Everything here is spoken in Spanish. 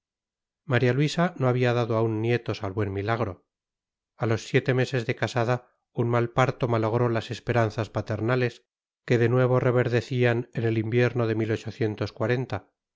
maría luisa no había dado aún nietos al buen milagro a los siete meses de casada un mal parto malogró las esperanzas paternales que de nuevo reverdecían en el invierno de